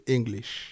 English